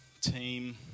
team